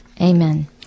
amen